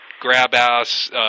grab-ass